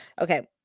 Okay